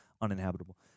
uninhabitable